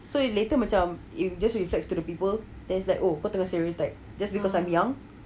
so if later macam if it's just reflects to the people and there's like oh kau tengah stereotype just because I'm young